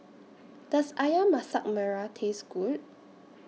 Does Ayam Masak Merah Taste Good